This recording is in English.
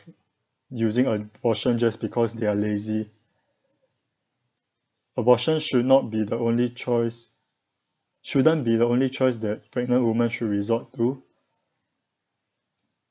using a abortion just because they're lazy abortion should not be the only choice shouldn't be the only choice that pregnant women should resort to